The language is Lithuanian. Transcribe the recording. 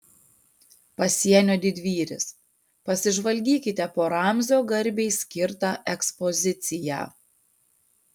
pasienio didvyris pasižvalgykite po ramzio garbei skirtą ekspoziciją